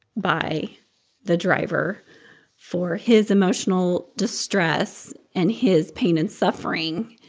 by the driver for his emotional distress and his pain and suffering.